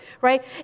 Right